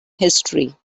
history